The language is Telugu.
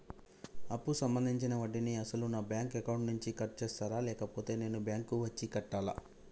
అప్పు సంబంధించిన వడ్డీని అసలు నా బ్యాంక్ అకౌంట్ నుంచి కట్ చేస్తారా లేకపోతే నేను బ్యాంకు వచ్చి కట్టాలా?